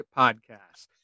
podcast